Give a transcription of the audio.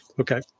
Okay